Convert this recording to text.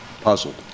puzzled